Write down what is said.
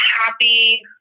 happy